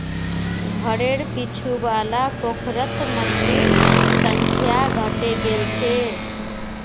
घरेर पीछू वाला पोखरत मछलिर संख्या घटे गेल छ